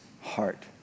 heart